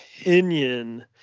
opinion